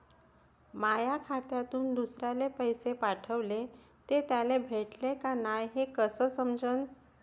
माया खात्यातून दुसऱ्याले पैसे पाठवले, ते त्याले भेटले का नाय हे मले कस समजन?